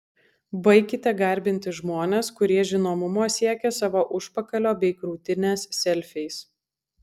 baikite garbinti žmones kurie žinomumo siekia savo užpakalio bei krūtinės selfiais